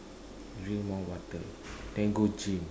drink more water then go gym